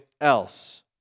else